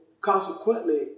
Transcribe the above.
consequently